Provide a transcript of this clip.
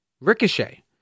Ricochet